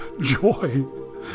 joy